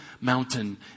Mountain